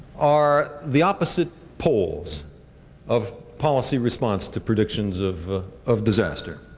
are the opposite poles of policy response to predictions of of disaster.